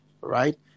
Right